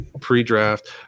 pre-draft